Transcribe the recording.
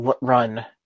run